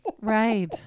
Right